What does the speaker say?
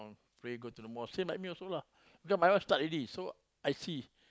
pray go to the mosque same like me also lah because my wife start already so I see